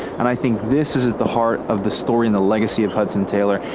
and i think this is at the heart of the story and the legacy of hudson taylor,